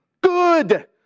good